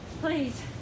please